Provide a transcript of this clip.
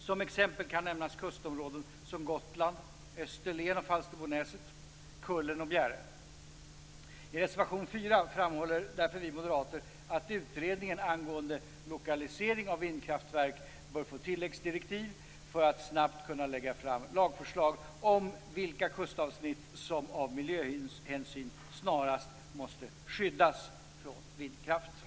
Som exempel kan nämnas kustområden som Gotland, I reservation 4 framhåller därför vi moderater att utredningen angående lokalisering av vindkraftverk bör få tilläggsdirektiv för att snabbt kunna lägga fram lagförslag om vilka kustavsnitt som av miljöhänsyn snarast måste skyddas från vindkraften.